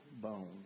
bones